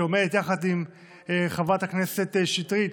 שעומדת יחד עם חברת הכנסת שטרית